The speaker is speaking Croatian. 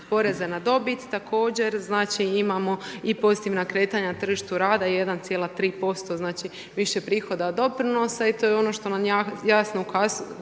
poreza na dobit. Također znači imamo i pozitivna kretanja na tržištu rada 1,3%, znači više prihoda od doprinosa i to je ono što nam jasno ukazuje